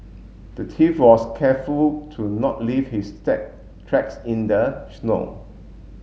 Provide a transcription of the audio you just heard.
the thief was careful to not leave his stack tracks in the snow